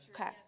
Okay